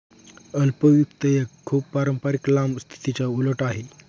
अल्प वित्त एक खूप पारंपारिक लांब स्थितीच्या उलट आहे